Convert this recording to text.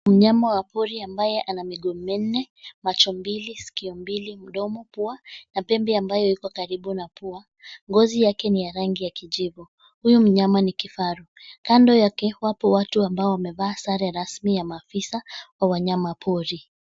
Mnyama wa pori ambaye ana miguu minne macho, mbili, sikio mbili, mdomo, pua na pembe ambayo iko karibu na pua. Ngozi yake ni ya rangi ya kijivu. Huyu mnyama ni kifaru. Kando yake wapo watu ambao wamevaa sare rasmi ya maafisa wa wanyama pori.